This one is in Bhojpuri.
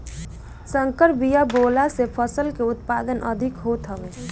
संकर बिया बोअला से फसल के उत्पादन अधिका होत हवे